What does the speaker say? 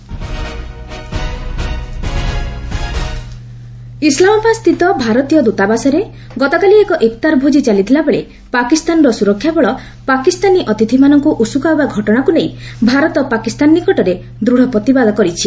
MEA Pak ଇସ୍ଲାମ୍ବାଦସ୍ଥିତ ଭାରତୀୟ ଦୂତାବାସରେ ଗତକାଲି ଏକ ଇଫତାର ଭୋଜି ଚାଲିଥିବାବେଳେ ପାକିସ୍ତାନର ସୁରକ୍ଷାବଳ ପାକିସ୍ତାନୀ ଅତିଥିମାନଙ୍କୁ ଉସୁକାଇବା ଘଟଣାକୁ ନେଇ ଭାରତ ପାକିସ୍ତାନ ନିକଟରେ ଦୂଢ ପ୍ରତିବାଦ କରିଛି